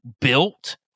built